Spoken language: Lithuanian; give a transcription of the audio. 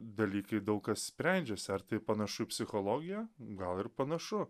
dalykai daug kas sprendžias ar tai panašu į psichologija gal ir panašu